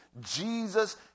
Jesus